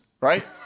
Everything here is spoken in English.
right